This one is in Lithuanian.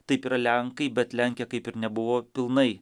taip yra lenkai bet lenkija kaip ir nebuvo pilnai